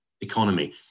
economy